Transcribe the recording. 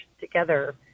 together